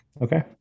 Okay